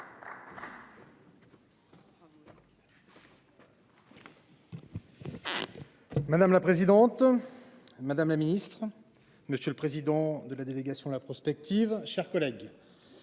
Madame la présidente. Madame la Ministre, monsieur le président de la délégation de la prospective, chers collègues.